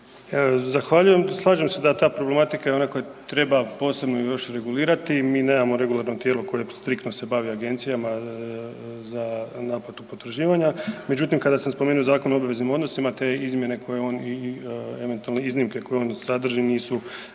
Zahvaljujem. Slažem se da ta problematika treba posebno još regulirati, mi nemamo regulatorno tijelo koje striktno se bavi agencijama za naplatu potraživanja, međutim, kada sam spomenuo Zakon o obveznim odnosima, te izmjene koje on i eventualno iznimke koje on sadrži nisu